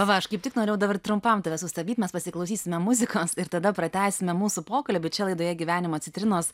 va aš kaip tik norėjau dabar trumpam tave sustabdyt mes pasiklausysime muzikos ir tada pratęsime mūsų pokalbį čia laidoje gyvenimo citrinos